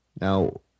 Now